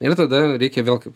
ir tada reikia vėl kaip